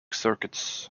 circuits